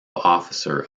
officer